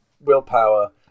willpower